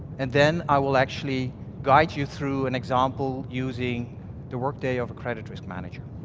and then i will actually guide you through an example using the workday of credit risk manager.